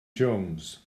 jones